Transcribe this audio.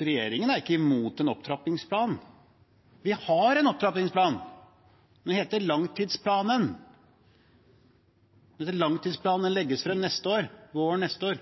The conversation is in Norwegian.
Regjeringen er ikke imot en opptrappingsplan. Vi har en opptrappingsplan. Den heter langtidsplanen, og langtidsplanen legges frem til våren neste år.